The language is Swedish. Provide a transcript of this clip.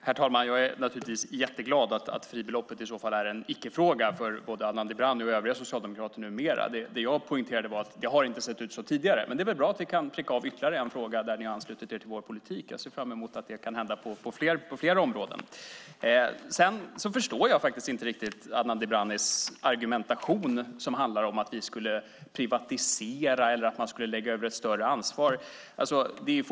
Herr talman! Jag är naturligtvis jätteglad om fribeloppet är en icke-fråga för både Adnan Dibrani och övriga socialdemokrater numera. Det jag poängterat är att det tidigare inte sett ut på det sättet, men det är väl bra att vi kan pricka av ytterligare en fråga där ni har anslutit er till vår politik. Jag ser fram emot att det kan hända på fler områden. Jag förstår inte riktigt Adnan Dibranis argumentation - att vi skulle privatisera eller lägga över ett större ansvar på den enskilde.